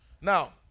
Now